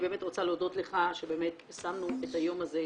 אני באמת רוצה להודות לך שבאמת שמנו את היום הזה,